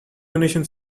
donation